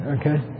okay